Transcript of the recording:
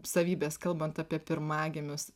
savybės kalbant apie pirmagimius